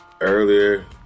Earlier